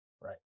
Right